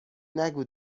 نگو